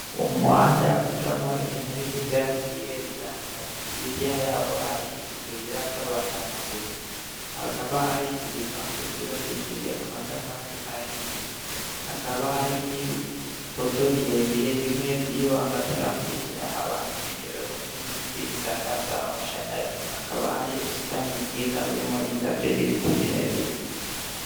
Umuhanda ucamo ibinyabiziga bigiye bitandukanye, hirya yaho hari utuyira tw'abanyamaguru. Hakaba hari igipangu cyubakishije amatafari ahiye. Hakaba hari n'ibipoto birebire bimwe biriho amatara amurikira abantu nijoro n'ibindi bisakaza amashanyarazi. Hakaba hari ubusitani bwiza burimo indabyo n'ibiti birebire.